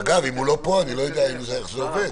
אגב, אם הוא לא פה אני לא יודע איך זה עובד.